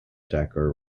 decker